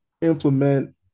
implement